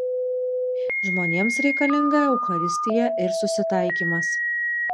žmonėms reikalinga eucharistija ir susitaikymas